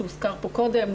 שהוזכר פה קודם,